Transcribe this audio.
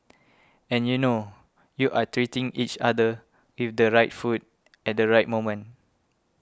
and you know you are treating each other with the right food at the right moment